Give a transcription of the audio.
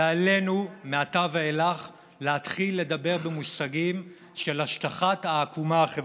ועלינו מעתה ואילך להתחיל לדבר במושגים של השטחת העקומה החברתית.